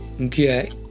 okay